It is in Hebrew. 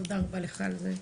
תודה רבה לך על זה.